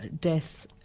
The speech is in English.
death